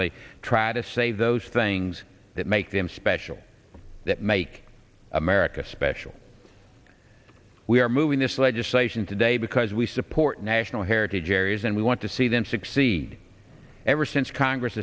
they try to save those things that make them special that make america special we are moving this legislation today because we support national heritage areas and we want to see them succeed ever since congress